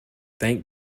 thank